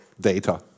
data